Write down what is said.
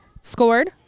scored